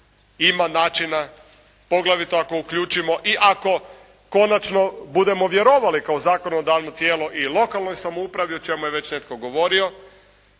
Ima načina poglavito ako uključimo i ako konačno budemo vjerovali kao zakonodavno tijelo i lokalnoj samoupravi o čemu je već netko govorio